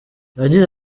yagize